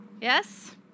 Yes